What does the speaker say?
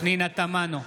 פנינה תמנו,